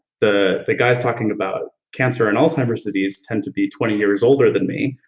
the the guys talking about cancer and alzheimer's disease tend to be twenty years older than me,